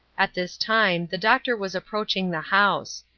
at this time the doctor was approaching the house.